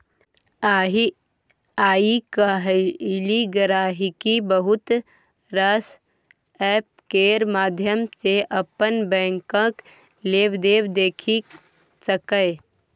आइ काल्हि गांहिकी बहुत रास एप्प केर माध्यम सँ अपन बैंकक लेबदेब देखि सकैए